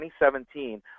2017